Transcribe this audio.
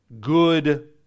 good